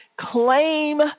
Claim